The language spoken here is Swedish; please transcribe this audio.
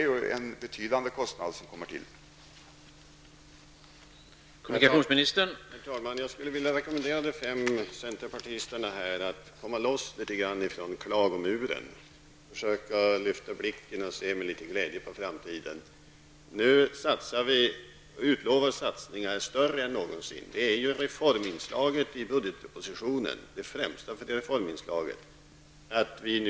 Då blir det ju en betydande kostnad som tillkommer.